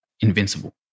invincible